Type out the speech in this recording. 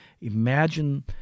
imagine